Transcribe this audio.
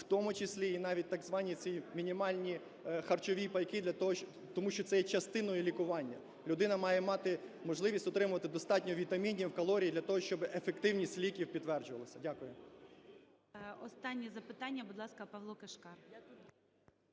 в тому числі і навіть так звані ці мінімальні харчові пайки, тому що це є частиною лікування. Людина має мати можливість отримувати достатньо вітамінів, калорій для того, щоб ефективність ліків підтверджувалася. Дякую. ГОЛОВУЮЧИЙ. Останнє запитання. Будь ласка, Павло Кишкар.